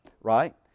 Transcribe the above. right